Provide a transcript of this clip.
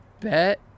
bet